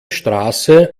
straße